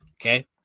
Okay